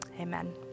amen